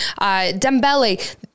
Dembele